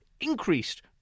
increased